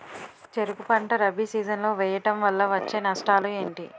చెరుకు పంట రబీ సీజన్ లో వేయటం వల్ల వచ్చే నష్టాలు ఏంటి?